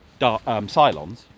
Cylons